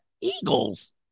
Eagles